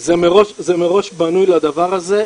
מראש בנוי לדבר הזה,